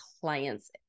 clients